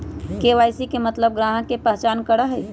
KYC के मतलब ग्राहक का पहचान करहई?